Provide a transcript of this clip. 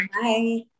Bye